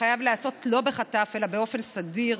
שחייב להיעשות לא בחטף אלא באופן מוסדר,